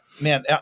man